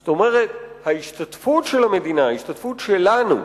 זאת אומרת, ההשתתפות של המדינה, ההשתתפות שלנו,